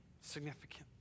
significant